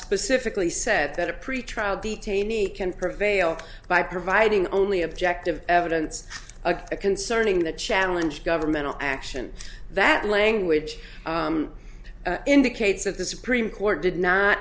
specifically said that a pretrial detainee can prevail by providing only objective evidence of a concerning the challenge governmental action that language indicates that the supreme court did not